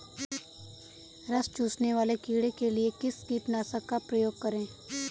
रस चूसने वाले कीड़े के लिए किस कीटनाशक का प्रयोग करें?